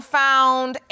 found